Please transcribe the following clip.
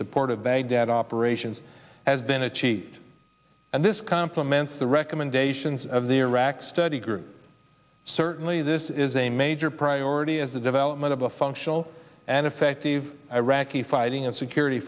support of baghdad operations has been achieved and this compliments the recommendations of the iraq study group certainly this is a major priority as the development of a functional and effective iraqi fighting and security